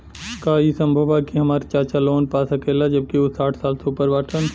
का ई संभव बा कि हमार चाचा लोन पा सकेला जबकि उ साठ साल से ऊपर बाटन?